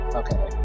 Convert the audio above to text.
okay